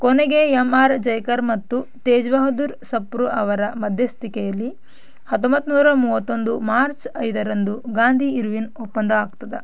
ಕೊನೆಗೆ M R Jayakar ಮತ್ತು ತೇಜ್ ಬಹದ್ದೂರ್ ಸಪ್ರು ಅವರ ಮಧ್ಯಸ್ಥಿಕೆಯಲ್ಲಿ ಹತ್ತೊಂಬತ್ತು ನೂರ ಮೂವತ್ತೊಂದು ಮಾರ್ಚ್ ಐದರಂದು ಗಾಂಧಿ ಇರ್ವಿನ್ ಒಪ್ಪಂದ ಆಗ್ತದೆ